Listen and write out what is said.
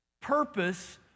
purpose